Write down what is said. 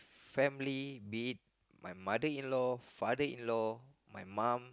family be it my mother in law father in law my mum